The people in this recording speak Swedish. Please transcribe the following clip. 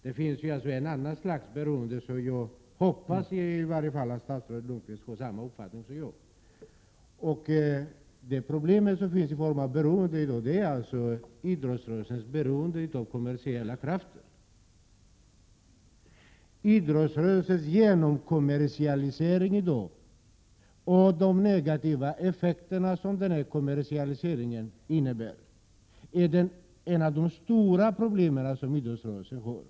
Det finns ett annat slags beroende, men jag hoppas i varje fall att statsrådet Lönnqvist har samma uppfattning som jag. De problem som finns i samband med beroende gäller alltså idrottsrörelsens beroende av kommersiella krafter. Idrottsrörelsens genomkommersialisering och de negativa effekter som denna kommersialisering innebär hör till de stora problem som idrottsrörelsen har.